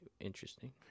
interesting